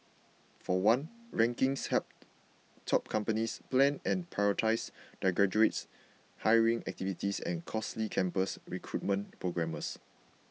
for one rankings help top companies plan and prioritise their graduates hiring activities and costly campus recruitment programmes